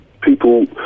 people